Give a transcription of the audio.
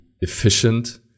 efficient